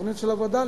בתוכנית של הווד”לים?